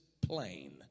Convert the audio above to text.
plain